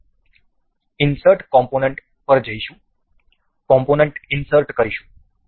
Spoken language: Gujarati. આપણે કોમ્પોનન્ટો ઇન્સર્ટ કરીશું